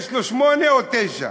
יש לו שמונה או תשעה.